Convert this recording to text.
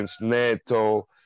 Neto